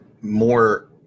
more